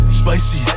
spicy